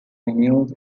venues